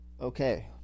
Okay